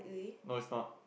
no is not